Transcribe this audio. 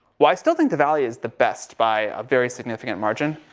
well i still think the valley is the best by a very significant margin.